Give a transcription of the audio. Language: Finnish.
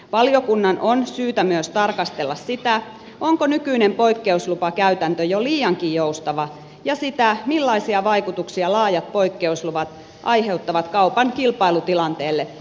valiokunnan on syytä myös tarkastella sitä onko nykyinen poikkeuslupakäytäntö jo liiankin joustava ja sitä millaisia vaikutuksia laajat poikkeusluvat aiheuttavat kaupan kilpailutilanteelle eri puolilla